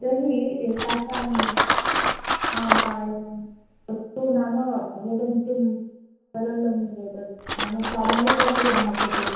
तर्हि एतासां हा हा एवं तत्तु नाम अवगन्तुं सरलम् एतत् नाम स्वाभाविकमेव भासते